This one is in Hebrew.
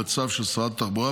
בצו של שרת התחבורה,